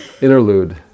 interlude